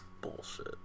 bullshit